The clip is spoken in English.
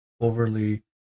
overly